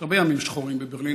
יש הרבה ימים שחורים בברלין,